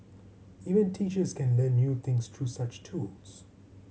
even teachers can learn new things through such tools